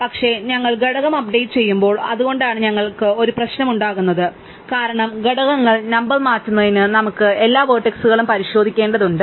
പക്ഷേ ഞങ്ങൾ ഘടകം അപ്ഡേറ്റുചെയ്യുമ്പോൾ അതുകൊണ്ടാണ് ഞങ്ങൾക്ക് ഒരു പ്രശ്നം ഉണ്ടാകുന്നത് കാരണം ഘടകങ്ങളുടെ നമ്പർ മാറ്റുന്നതിന് നമുക്ക് എല്ലാ വേർട്ടക്സുകൾ പരിശോധിക്കേണ്ടതുണ്ട്